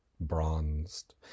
bronzed